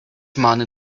money